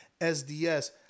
SDS